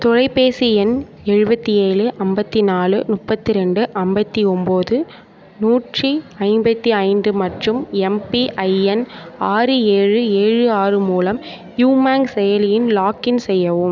தொலைபேசி எண் எழுபத்தி ஏழு ஐம்பத்தி நாலு முநுப்பத்தி ரெண்டு ஐம்பத்தி ஒம்போது நூற்றி ஐம்பத்தி ஐந்து மற்றும் எம்பிஐஎன் ஆறு ஏழு ஏழு ஆறு மூலம் யுமேங் செயலியில் லாக்இன் செய்யவும்